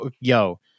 yo